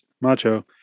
Macho